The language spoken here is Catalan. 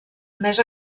més